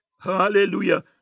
Hallelujah